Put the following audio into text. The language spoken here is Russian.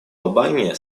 албания